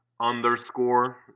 underscore